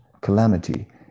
calamity